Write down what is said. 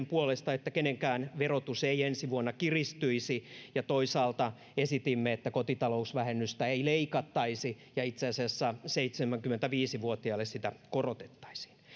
puolesta että kenenkään verotus ei ensi vuonna kiristyisi ja toisaalta esitimme että kotitalousvähennystä ei leikattaisi ja itse asiassa seitsemänkymmentäviisi vuotiaille sitä korotettaisiin